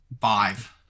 five